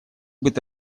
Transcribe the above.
быть